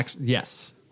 Yes